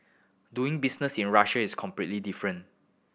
doing business in Russia is completely different